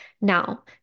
Now